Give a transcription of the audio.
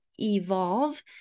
evolve